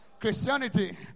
Christianity